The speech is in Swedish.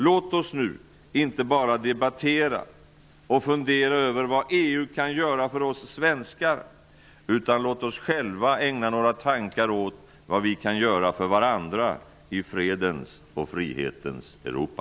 Låt oss nu inte bara debattera och fundera över vad EU kan göra för oss svenskar, utan låt oss själva ägna några tankar åt vad vi kan göra för varandra i fredens och frihetens Europa.